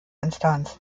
instanz